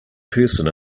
person